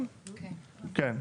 כן,